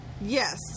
yes